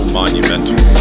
monumental